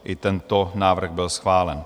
I tento návrh byl schválen.